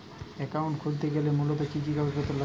Account খুলতে গেলে মূলত কি কি কাগজপত্র লাগে?